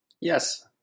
Yes